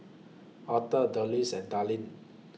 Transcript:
Author Dulcie and Dallin